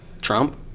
Trump